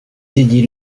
teddy